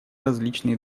различные